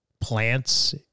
plants